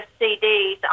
cds